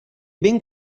ben